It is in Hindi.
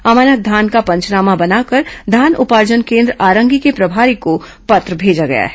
अमानक धान का पंचनामा बनाकर धान उपार्जन केन्द्र आरंगी के प्रभारी को पत्र भेजा गया है